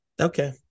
Okay